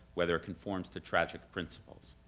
whether it conforms to tragic principles.